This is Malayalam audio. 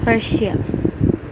റഷ്യ